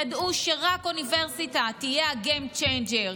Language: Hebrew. ידעו שרק אוניברסיטה תהיה ה-game changer,